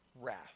wrath